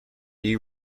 you